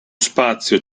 spazio